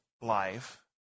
life